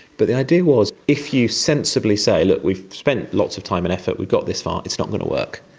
but the idea was if you sensibly say, look, we've spent lots of time and effort, we've got this far, it's not going to work,